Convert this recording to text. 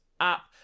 app